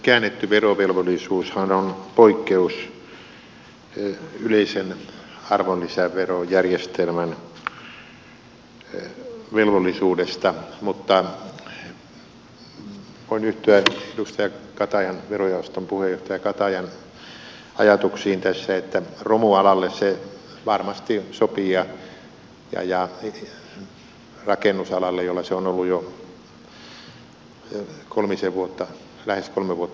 käännetty verovelvollisuushan on poikkeus yleisen arvonlisäverojärjestelmän velvollisuudesta mutta voin yhtyä edustaja katajan verojaoston puheenjohtaja katajan ajatuksiin tässä että romualalle se varmasti sopii ja rakennusalalle jolla se on ollut jo lähes kolme vuotta voimassa